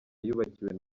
yubakiwe